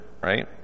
right